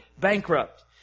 bankrupt